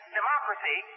democracy